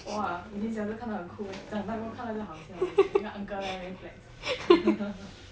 !wah! 以前小时看到很 cool 长大后看到就好笑而已 like 一个 uncle 在那边 flex